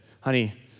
honey